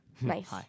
Nice